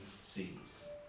seas